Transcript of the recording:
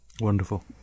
Wonderful